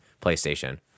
Playstation